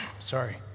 sorry